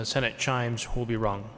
the senate chimes will be wrong